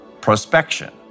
prospection